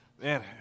Man